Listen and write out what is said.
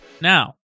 Now